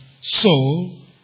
soul